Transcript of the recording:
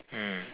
mm